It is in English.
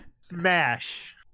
smash